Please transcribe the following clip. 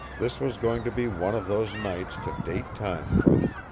this was going to be one of those nights to date time from.